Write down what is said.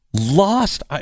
lost